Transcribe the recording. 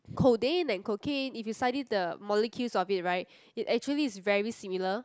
codeine and cocaine if you study the molecules of it right it actually is very similar